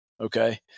okay